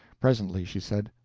presently she said,